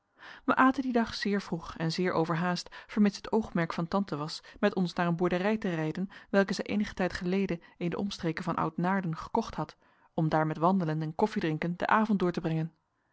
wij aten dien dag zeer vroeg en zeer overhaast vermits het oogmerk van tante was met ons naar een boerderij te rijden welke zij eenigen tijd geleden in de omstreken van oud naarden gekocht had om daar met wandelen en koffiedrinken den avond door te brengen